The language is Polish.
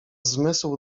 zmysł